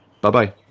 Bye-bye